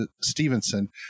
Stevenson